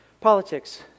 politics